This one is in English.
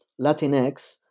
Latinx